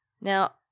Now